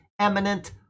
eminent